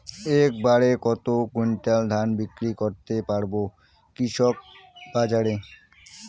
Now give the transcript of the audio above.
এক বাড়ে কত কুইন্টাল ধান বিক্রি করতে পারবো কৃষক বাজারে?